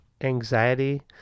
anxiety